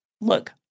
look